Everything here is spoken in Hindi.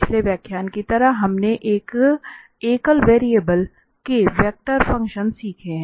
पिछले व्याख्यान की तरह हमने एक एकल वेरिएबल के वेक्टर फंक्शन सीखे हैं